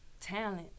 talent